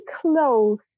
close